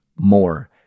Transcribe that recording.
more